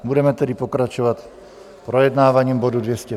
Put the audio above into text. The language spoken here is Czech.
Budeme tedy pokračovat projednáváním bodu 203.